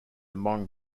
among